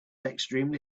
extremely